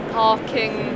parking